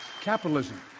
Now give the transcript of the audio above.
capitalism